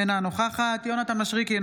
אינה נוכחת יונתן מישרקי,